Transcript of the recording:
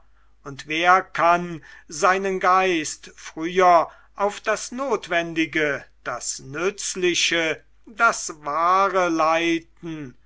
und wer kann seinen geist früher auf das notwendige das nützliche das wahre leiten